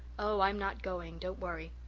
oh, i'm not going don't worry.